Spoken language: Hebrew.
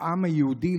העם היהודי,